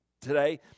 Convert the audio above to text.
today